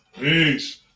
Peace